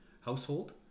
household